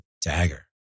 dagger